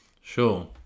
Sure